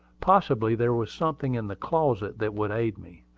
possibly there was something in the closet that would aid me.